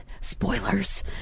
Spoilers